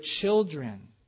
children